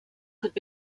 could